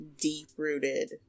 deep-rooted